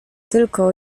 tylko